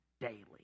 daily